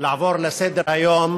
לעבור לסדר-היום